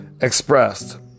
expressed